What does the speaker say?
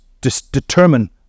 determine